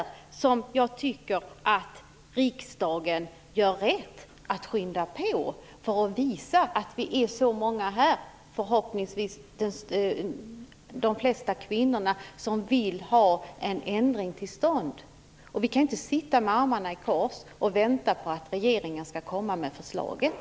Jag tycker att riksdagen gör rätt i att skynda på och visa att vi är många här som vill ha en ändring till stånd - förhoppningsvis de flesta av kvinnorna. Vi kan inte sitta med armarna i kors och vänta på att regeringen skall komma med förslaget.